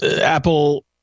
Apple